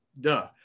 Duh